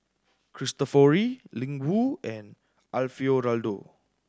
Cristofori Ling Wu and Alfio Raldo